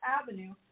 avenue